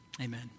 Amen